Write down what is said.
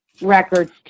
records